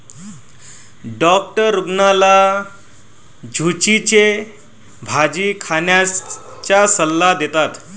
doctor रुग्णाला झुचीची भाजी खाण्याचा सल्ला देतात